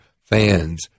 fans